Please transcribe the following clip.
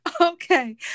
Okay